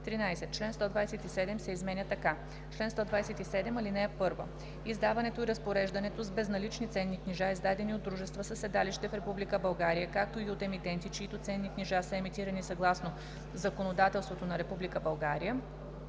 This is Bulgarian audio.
13. Член 127 се изменя така: „Чл. 127. (1) Издаването и разпореждането с безналични ценни книжа, издадени от дружества със седалище в Република България, както и от емитенти, чиито ценни книжа са емитирани съгласно законодателството на